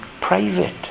private